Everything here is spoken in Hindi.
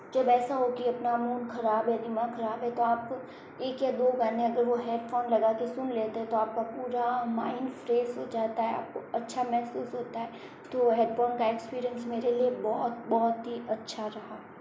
जब ऐसा हो कि अपना मूड खराब है दिमाग खराब है तो आप एक या दो गाने अगर वो हेडफ़ोन लगाके सुन लेते हैं तो आप का पूरा माइंड फ़्रेश हो जाता है आप को अच्छा महसूस होता है तो वो हेडफ़ोन का एक्सपीरियंस मेरे लिए बहुत बहुत ही अच्छा रहा